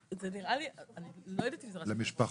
לא יודעת אם זה ראשי תיבות, לא משפחות,